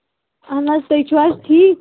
اَہَن حظ تُہۍ چھِو حظ ٹھیٖک